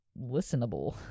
listenable